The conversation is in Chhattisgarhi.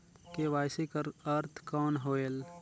के.वाई.सी कर अर्थ कौन होएल?